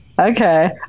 Okay